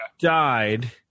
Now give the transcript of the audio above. died